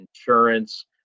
insurance